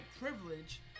privilege